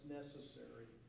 necessary